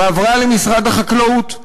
ועברה למשרד החקלאות,